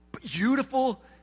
beautiful